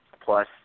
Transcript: plus –